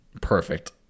perfect